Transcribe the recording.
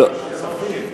כספים.